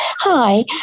Hi